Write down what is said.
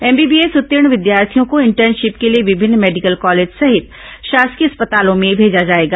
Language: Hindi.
एमबीबीएस उत्तीर्ण विद्यार्थियों को इंटर्नशिप के लिए विभिन्न मेडिकल कॉलेज सहित शासकीय अस्पतालों में भेजा जाएगा